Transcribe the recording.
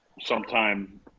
sometime